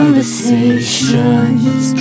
Conversations